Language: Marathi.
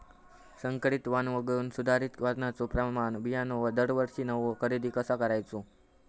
संकरित वाण वगळुक सुधारित वाणाचो प्रमाण बियाणे दरवर्षीक नवो खरेदी कसा करायचो?